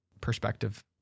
perspective